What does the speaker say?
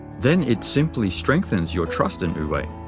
then it simply strengthens your trust in wu-wei.